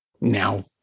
now